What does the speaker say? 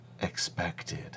expected